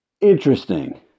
interesting